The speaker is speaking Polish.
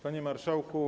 Panie Marszałku!